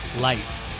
Light